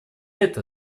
это